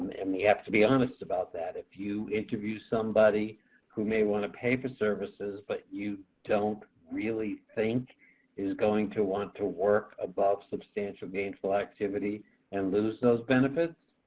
and we have to be honest about that. if you interview somebody who may want to pay for services but you don't really think is going to want to work above substantial gainful activity and lose those benefits,